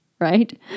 right